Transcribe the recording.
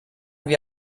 wie